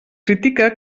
critica